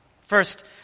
First